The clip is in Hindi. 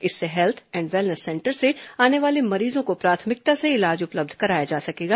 इससे हेल्थ एंड वेलनेस सेंटर से आने वाले मरीजों को प्राथमिकता से इलाज उपलब्ध कराया जा सकेगा